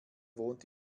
wohnt